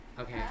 Okay